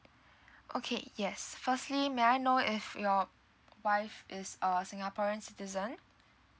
okay yes firstly may I know if your wife is err singaporean citizen